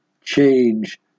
change